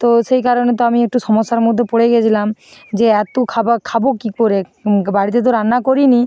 তো সেই কারণে তো আমি একটু সমস্যার মধ্যে পড়ে গেছিলাম যে এত খাবার খাবো কী করে বাড়িতে তো রান্না করিনি